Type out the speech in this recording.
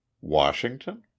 Washington